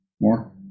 more